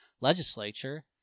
legislature